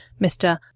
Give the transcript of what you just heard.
Mr